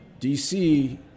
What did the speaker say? DC